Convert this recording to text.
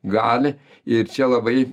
gali ir čia labai